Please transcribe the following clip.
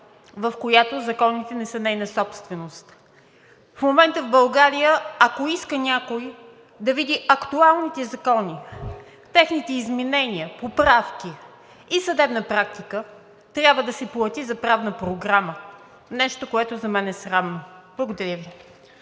в която законите не са нейна собственост. В момента в България, ако иска някой да види актуалните закони, техните изменения, поправки и съдебна практика, трябва да си плати за правна програма – нещо, което за мен е срамно. Благодаря Ви.